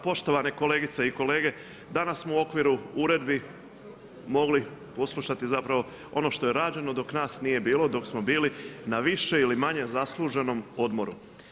Poštovane kolegice i kolege, danas smo u okviru uredbi mogli poslušati zapravo ono što je rađeno dok nas nije bilo dok smo bili na više ili manje zasluženom odmoru.